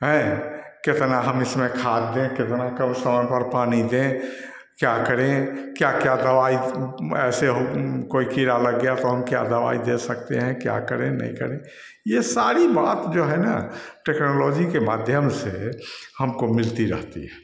कितना हम इसमें खाद दें कितना कब समय पर पानी दें क्या करें क्या क्या दवाई ऐसे हम कोई कीड़ा लग गया तो क्या दवाई दे सकते है क्या करें नहीं करें यह सारी बातें जो हैं न टेक्नोलॉजी के माध्यम से हमको मिलती रहती है